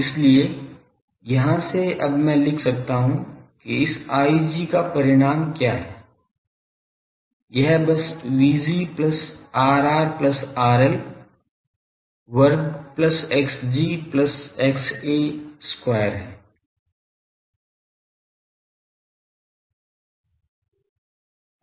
इसलिए यहाँ से अब मैं लिख सकता हूँ कि इस Ig का परिमाण क्या है यह बस Vg plus Rr plus RL वर्ग plus Xg plus XA वर्ग है